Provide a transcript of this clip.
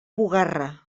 bugarra